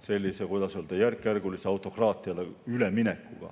sellise, kuidas öelda, järkjärgulise autokraatiale üleminekuga.